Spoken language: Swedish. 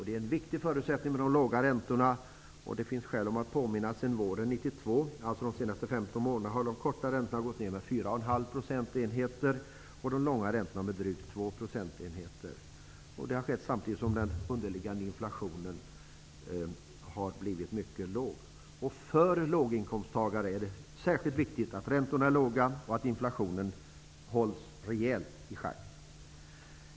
Det är en viktig förutsättning för lägre räntor. Det finns skäl att påminna om att sedan våren 1992, alltså på de senaste 15 månaderna, har de korta räntorna gått ned med 4,5 procentenheter och de långa räntorna med drygt 2 procentenheter. Det har skett samtidigt som den underliggande inflationen har blivit mycket låg. För låginkomsttagare är det särskilt viktigt att räntorna är låga och att inflationen hålls rejält i schack.